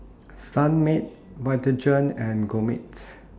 Sunmaid Vitagen and Gourmet